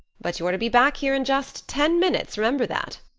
but you're to be back here in just ten minutes, remember that.